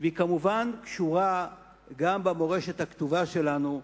והיא, כמובן, קשורה גם במורשת הכתובה שלנו,